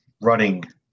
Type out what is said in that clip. running